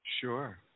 Sure